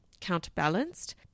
counterbalanced